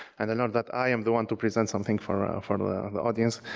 and i learned that i am the one to present something for for and the the audience,